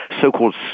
so-called